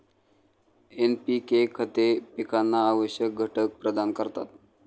NPK खते पिकांना आवश्यक घटक प्रदान करतात